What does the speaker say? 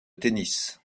tennis